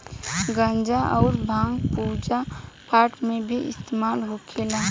गांजा अउर भांग पूजा पाठ मे भी इस्तेमाल होखेला